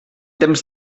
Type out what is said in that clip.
temps